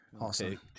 Awesome